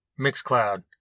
Mixcloud